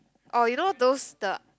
or you know those the